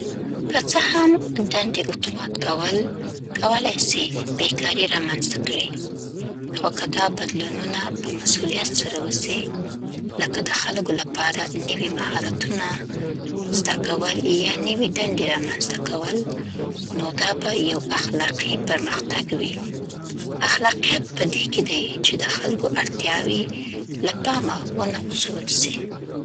که څه هم دندې اتومات کول ،کولی سي بیکاري رامنځته کړي، خو که دا بدلونونه په مسؤلیت سره وسي لکه د خلکو لپاره نوي مهارتونه زده کول یا نوې دندې رامنځته کول؛ نو دا به یو اخلاقي پرمختګ وي. اخلاقيت پدې کې دی چې د خلکو اړتیاوې له پامه ونه غورځول سي.